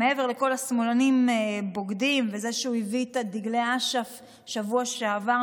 מעבר לכל ה"שמאלנים בוגדים" וזה שהוא הביא את דגלי אש"ף בשבוע שעבר,